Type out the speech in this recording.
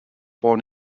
born